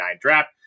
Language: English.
draft